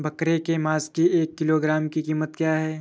बकरे के मांस की एक किलोग्राम की कीमत क्या है?